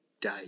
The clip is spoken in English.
day